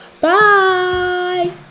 Bye